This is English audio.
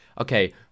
Okay